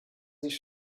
sich